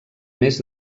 més